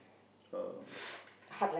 um